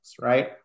right